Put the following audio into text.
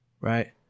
right